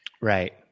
Right